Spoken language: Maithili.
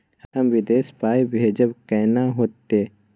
हम विदेश पाय भेजब कैना होते?